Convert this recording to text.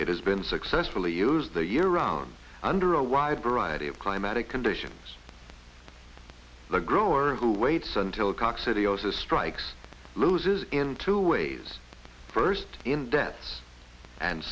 it has been successfully use the year around under a wide variety of climatic conditions the grower who waits until cock city also strikes loses in two ways first in death and